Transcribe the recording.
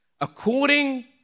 According